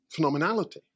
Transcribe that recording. phenomenality